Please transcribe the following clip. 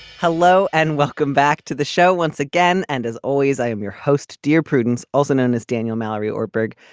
hello and welcome back to the show once again. and as always i am your host. dear prudence also known as daniel mallory or brig.